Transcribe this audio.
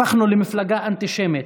הפכנו למפלגה אנטישמית,